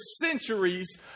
centuries